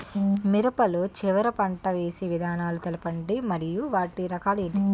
మిరప లో చివర పంట వేసి విధానాలను తెలపండి మరియు వాటి రకాలు ఏంటి